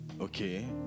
Okay